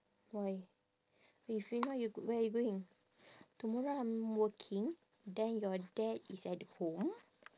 why you figure out you where you going tomorrow I'm working then your dad is at home